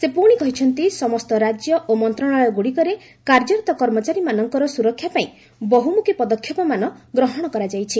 ସେ ପୁଣି କହିଛନ୍ତି ସମସ୍ତ ରାଜ୍ୟ ଓ ମନ୍ତ୍ରଶାଳୟଗୁଡ଼ିକରେ କାର୍ଯ୍ୟରତ କର୍ମଚାରୀମାନଙ୍କର ସୁରକ୍ଷା ପାଇଁ ବହୁମୁଖୀ ପଦକ୍ଷେପମାନ ଗ୍ରହଣ କରାଯାଇଛି